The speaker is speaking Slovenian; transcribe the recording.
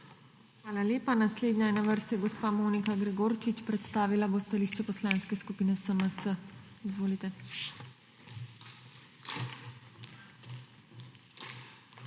Hvala lepa. Naslednja je na vrsti gospa Monika Gregorčič, predstavila bo stališče Poslanske skupine SMC. Izvolite. **MONIKA